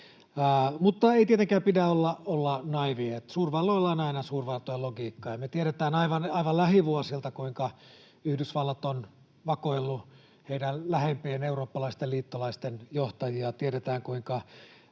Mutta ei tietenkään pidä olla naiivi, ja suurvalloilla on aina suurvaltojen logiikka, ja me tiedetään aivan lähivuosilta, kuinka Yhdysvallat on vakoillut heidän lähimpien eurooppalaisten liittolaistensa johtajia ja kuinka